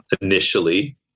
Initially